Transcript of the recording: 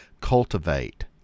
cultivate